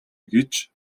гэж